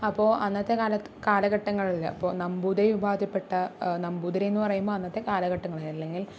അപ്പോൾ അന്നത്തെ കാലത്ത് കാലഘട്ടങ്ങളില് അപ്പോൾ നമ്പൂതിരി വിഭാഗത്തിൽ പെട്ട നമ്പൂതിരി എന്ന് പറയുമ്പോൾ അന്നത്തെ കാലഘട്ടങ്ങള് അല്ലെങ്കില്